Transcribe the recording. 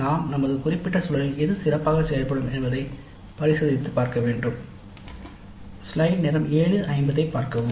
நாம் நமது குறிப்பிட்ட சூழலில் எது சிறப்பாகச் செயல்படும் என்பதை பரிசோதித்து பார்க்க வேண்டும்